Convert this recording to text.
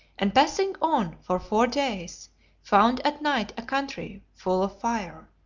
and passing on for four days found at night a country full of fire.